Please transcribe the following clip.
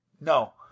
No